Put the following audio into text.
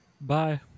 Bye